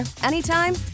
anytime